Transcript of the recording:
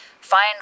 find